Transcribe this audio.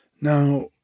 Now